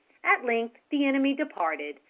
at length the enemy departed,